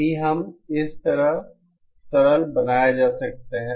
अब इसे भी इस तरह सरल बनाया जा सकता है